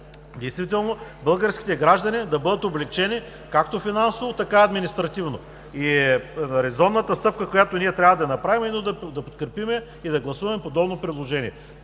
действително българските граждани да бъдат облекчени както финансово, така и административно. Резонната стъпка, която ние трябва да направим, е именно да подкрепим и да гласуваме подобно предложение,